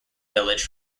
village